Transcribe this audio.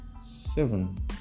seven